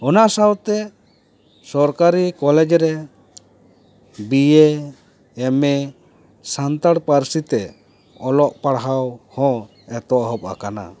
ᱚᱱᱟ ᱥᱟᱣᱛᱮ ᱥᱚᱨᱠᱟᱨᱤ ᱠᱚᱞᱮᱡᱽ ᱨᱮ ᱵᱤᱭᱮ ᱮᱢᱮ ᱥᱟᱱᱛᱲ ᱯᱟᱹᱨᱥᱤᱛᱮ ᱚᱞᱚᱜ ᱯᱟᱲᱦᱟᱣ ᱦᱚ ᱮᱛᱚᱦᱚᱵ ᱟᱠᱟᱱᱟ